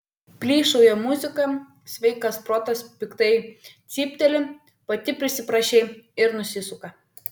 plyšauja muzika sveikas protas piktai cypteli pati prisiprašei ir nusisuka